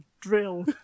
drill